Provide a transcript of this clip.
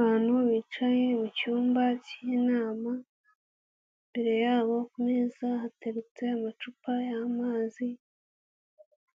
Abantu bicaye mu cyumba cy'inama, imbere yabo kumeza hateretse amacupa y'amazi